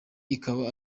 ikaba